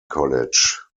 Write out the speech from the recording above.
college